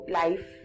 life